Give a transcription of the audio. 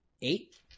Eight